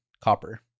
copper